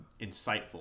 insightful